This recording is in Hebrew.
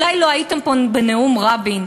אולי לא הייתם פה בנאום רבין.